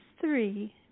three